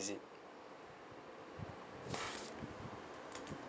visit